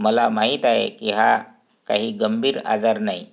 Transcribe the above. मला माहीत आहे की हा काही गंभीर आजार नाही